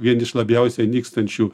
vieni iš labiausiai nykstančių